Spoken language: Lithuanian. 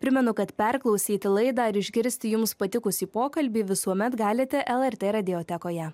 primenu kad perklausyti laidą ir išgirsti jums patikusį pokalbį visuomet galite lrt radiotekoje